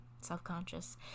self-conscious